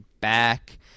back